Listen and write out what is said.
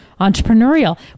entrepreneurial